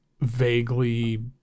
vaguely